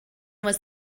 was